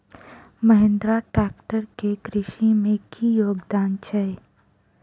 Mahindra tractor केँ कृषि मे की योगदान छै?